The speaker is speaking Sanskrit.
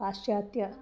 पाश्चात्य